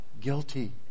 guilty